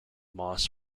moss